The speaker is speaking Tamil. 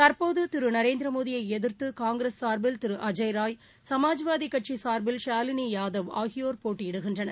தற்போதுதிருநரேந்திரமோடியைஎதிர்த்துகாங்கிரஸ் சார்பில் திருஅஜய்ராய் சமாஜ்வாதிகட்சிசாா்பில் ஷாலினியாதவ் ஆகியோர் போட்டியிடுகின்றனர்